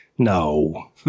No